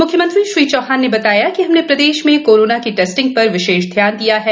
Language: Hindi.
मुख्यमंत्री चौहान ने बताया कि हमने प्रदेश में कोरोना की टेस्टिंग पर विशेष ध्यान दिया है